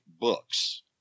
books